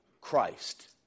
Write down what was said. Christ